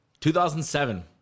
2007